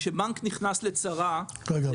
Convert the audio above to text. כשבנק נכנס לצרה --- רגע,